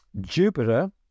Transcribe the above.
Jupiter